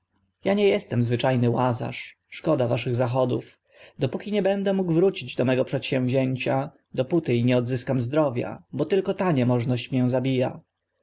ja nie estem zwycza ny łazarz szkoda waszych zachodów dopóki nie będę mógł wrócić do mego przedsięwzięcia dopóty i nie odzyskam zdrowia bo tylko ta niemożność mię zabija